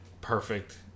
perfect